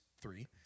three